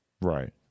Right